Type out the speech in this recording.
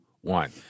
one